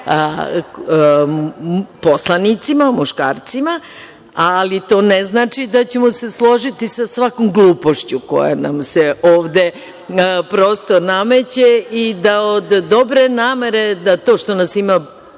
poslanicima muškarcima, ali to ne znači da ćemo se složiti sa svakom glupošću koja nam se ovde prosto nameće i da od dobre namere, da to što nas ima